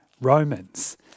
Romans